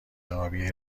آبی